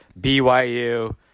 BYU